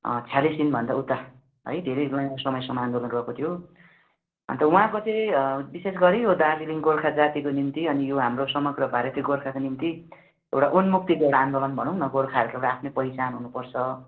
छयालिस दिन भन्दा उता है धेरै लामो समयसम्म आन्दोलन रहेको थियो अन्त उहाँको चाहिँ विशेष गरी यो दार्जिलिङ गोर्खा जातिको निम्ति अनि यो हाम्रो समग्र भारतीय गोर्खाको निम्ति एउटा उन्मुक्तिको एउटा आन्दोलन भनौँ न गोर्खाहरूको एउटा आफ्नै पहिचान हुनु पर्छ